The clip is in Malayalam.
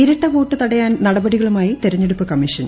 ഇരട്ട വോട്ട് തടയാൻ നടപടിക്ളുമായി തെരഞ്ഞെടുപ്പ് കമ്മീഷൻ